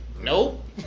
nope